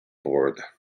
board